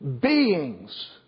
beings